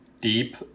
deep